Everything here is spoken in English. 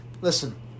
Listen